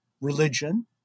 religion